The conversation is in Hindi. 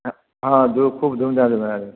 हाँ हाँ खूब धूमधाम से मनाया जाता है